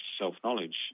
self-knowledge